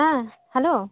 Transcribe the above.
ᱦᱮᱸ ᱦᱮᱞᱳ